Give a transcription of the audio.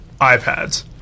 iPads